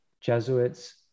Jesuits